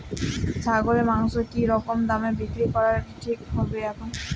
ছাগলের মাংস কী রকম দামে বিক্রি করা ঠিক হবে এখন?